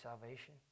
salvation